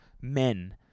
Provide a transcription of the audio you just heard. men